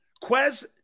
Quez